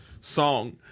song